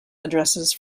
addresses